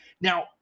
Now